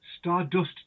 Stardust